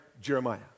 Jeremiah